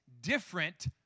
different